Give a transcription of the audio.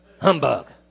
Humbug